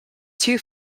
two